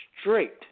straight